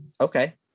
okay